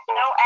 no